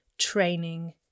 Training